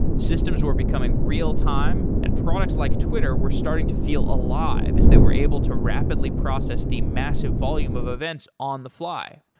systems were becoming real-time and products like twitter were starting to feel alive as they were able to rapidly process the massive volume of events on the fly.